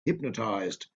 hypnotized